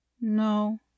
No